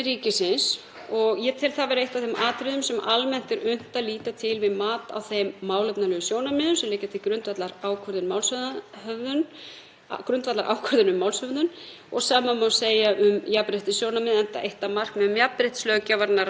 grundvallar ákvörðun um málshöfðun. Sama má segja um jafnréttissjónarmið, enda eitt af markmiðum jafnréttislöggjafarinnar að stjórnvöld gæti jafnréttissjónarmiða í ákvarðanatöku á öllum sviðum samfélagsins. En hvert mál þarf að skoða, vega og meta þá hagsmuni og málsatvik sem undir eru hverju sinni